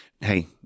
hey